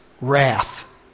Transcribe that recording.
wrath